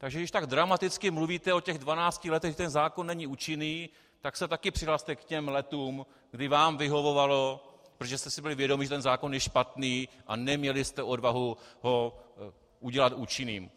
Takže když tak dramaticky mluvíte o těch dvanácti letech, že ten zákon není účinný, tak se také přihlaste k těm letům, kdy vám vyhovovalo, protože jste si byli vědomi, že ten zákon je špatný, a neměli jste odvahu ho udělat účinným.